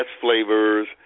flavors